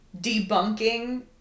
debunking